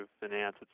finance